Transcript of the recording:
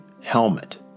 helmet